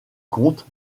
comte